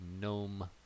gnome